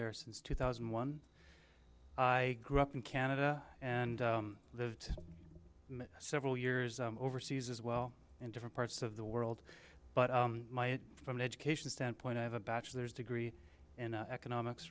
there since two thousand and one i grew up in canada and lived several years overseas as well in different parts of the world but from an education standpoint i have a bachelor's degree in economics